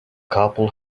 couple